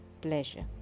pleasure